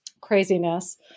craziness